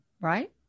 right